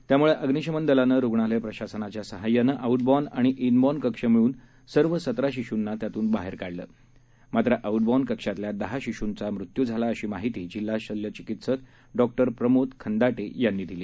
त्याम्ळे अग्निशमन दलानं रुग्णालय प्रशासनाच्या सहाय्यानं आऊट बॉर्न आणि इन बॉर्न कक्ष मिळून सर्व सतरा शिशूंना त्यातून बाहेर काढलं मात्र आउट बॉर्न कक्षातल्या दहा शिशूंचा मृत्यू झाला अशी माहिती जिल्हा शल्यचिकित्सक डॉ प्रमोद खंदाटे यांनी दिली